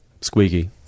squeaky